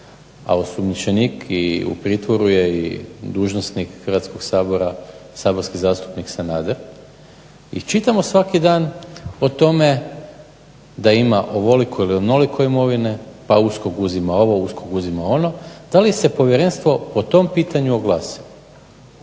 a osumnjičenik i u pritvoru je i dužnosnik Hrvatskog sabora saborski zastupnik Sanader, i čitamo svaki dan o tome da ima ovoliko ili onoliko imovine, pa USKOK uzima ovo, USKOK uzima ono. Da li se povjerenstvo po tom pitanju oglasilo?